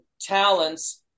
talents